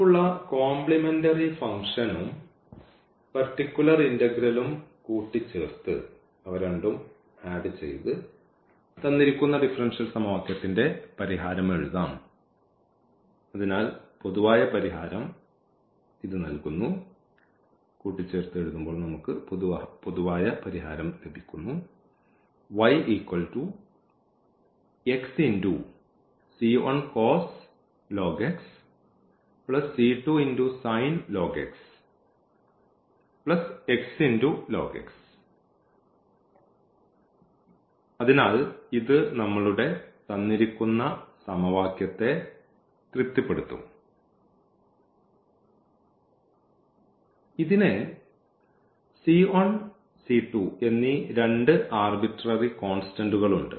നമുക്കുള്ള കോംപ്ലിമെന്ററി ഫംഗ്ഷനും പർട്ടിക്കുലർ ഇന്റഗ്രലും കൂട്ടിച്ചേർത്തു തന്നിരിക്കുന്ന ഡിഫറെൻഷ്യൽ സമവാക്യത്തിൻറെ പരിഹാരം എഴുതാം അതിനാൽ പൊതുവായ പരിഹാരം ഇത് നൽകുന്നു അതിനാൽ ഇത് നമ്മളുടെ തന്നിരിക്കുന്ന സമവാക്യത്തെ തൃപ്തിപ്പെടുത്തും ഇതിന് എന്നീ 2 ആർബിട്രറി കോൺസ്റ്റന്റുകൾ ഉണ്ട്